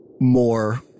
more